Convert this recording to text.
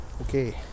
Okay